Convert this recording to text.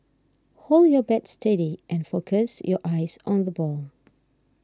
hold your bat steady and focus your eyes on the ball